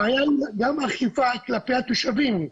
הבעיה היא גם אכיפה כלפי התושבים,